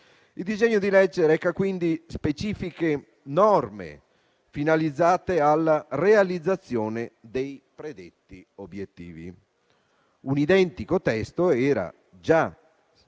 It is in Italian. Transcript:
Il disegno di legge reca quindi specifiche norme finalizzate alla realizzazione dei predetti obiettivi. Un identico testo era già stato